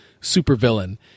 supervillain